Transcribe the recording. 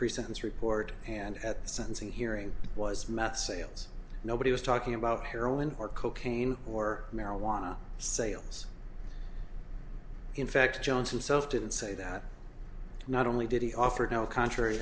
pre sentence report and at the sentencing hearing was meth sales nobody was talking about heroin or cocaine or marijuana sales in fact johnson self didn't say that not only did he offer no contrary